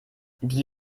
die